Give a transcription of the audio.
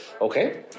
Okay